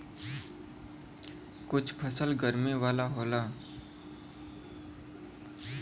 कुछ फसल गरमी वाला होला